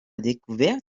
découverte